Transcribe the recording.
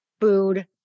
food